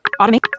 Automate